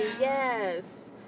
yes